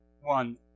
One